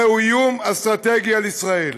זהו איום אסטרטגי על ישראל.